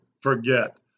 forget